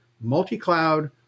multi-cloud